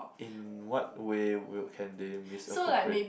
in what way will can they misappropriate